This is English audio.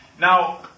Now